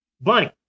Bunny